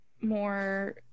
more